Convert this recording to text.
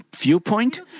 viewpoint